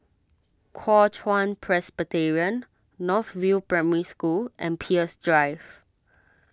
Kuo Chuan Presbyterian North View Primary School and Peirce Drive